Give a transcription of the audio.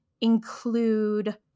include